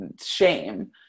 shame